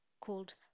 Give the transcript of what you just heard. called